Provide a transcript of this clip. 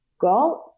go